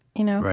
you know,